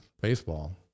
baseball